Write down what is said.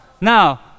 Now